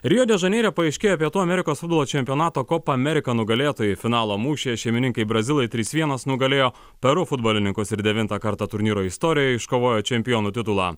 rio de žaneire paaiškėjo pietų amerikos futbolo čempionato kopa amerika nugalėtojai finalo mūšyje šeimininkai brazilai trys vienas nugalėjo peru futbolininkus ir devintą kartą turnyro istorijoje iškovojo čempionų titulą